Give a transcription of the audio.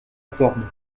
forme